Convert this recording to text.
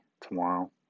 tomorrow